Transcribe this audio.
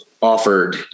offered